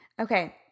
Okay